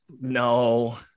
no